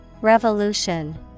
Revolution